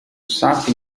sapo